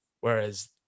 Whereas